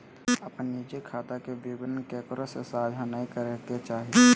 अपन निजी खाता के विवरण केकरो से साझा नय करे के चाही